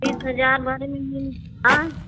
बीस हजार भरे में मिल आएँ